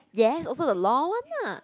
ya also the law one lah